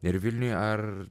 ir vilniuje ar